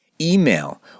email